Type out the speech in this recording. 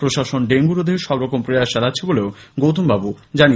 প্রাশসন dengue রোধে সবরকম প্রয়াস চালাচ্ছে বলেও গৌতমবাবু জানিয়েছেন